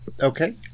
Okay